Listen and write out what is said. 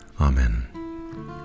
Amen